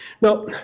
Now